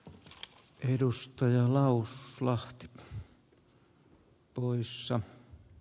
nyt edustajan täydempää elämää